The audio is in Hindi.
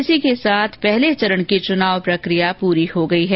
इसी के साथ पहले चरण की चुनाव प्रकिया पूरी हो गई है